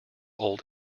old